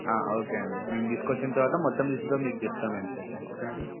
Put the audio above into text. okay అండి మేము తీసుకొచ్చిన తర్వాత మొత్తం చూసిన తర్వాత మీకు చెప్తాం ఎంత అవుతుందో ఓకేనా సార్